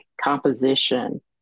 composition